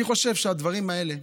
אני חושב שהדברים האלה,